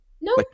No